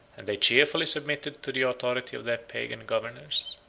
and they cheerfully submitted to the authority of their pagan governors.